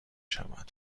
شود